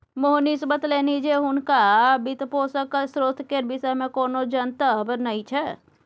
मोहनीश बतेलनि जे हुनका वित्तपोषणक स्रोत केर विषयमे कोनो जनतब नहि छै